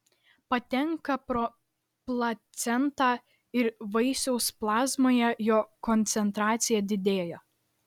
patenka pro placentą ir vaisiaus plazmoje jo koncentracija didėja